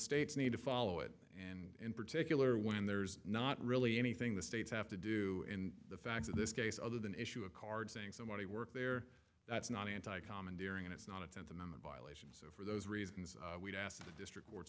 states need to follow it and in particular when there's not really anything the states have to do in the facts of this case other than issue a card saying somebody work there that's not anti commandeering it's not a tenth amendment violations for those reasons we've asked the district